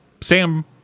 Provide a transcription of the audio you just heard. Sam